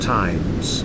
times